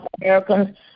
Americans